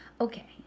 Okay